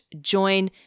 join